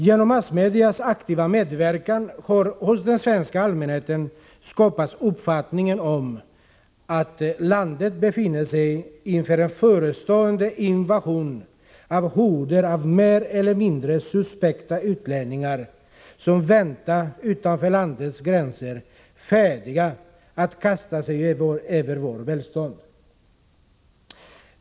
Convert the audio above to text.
Genom massmedias aktiva medverkan har hos den svenska allmänheten skapats uppfattningen att landet befinner sig inför en förestående invasion av horder av mer eller mindre suspekta utlänningar, som väntar utanför landets gränser, färdiga att kasta sig över vårt välstånd.